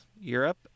Europe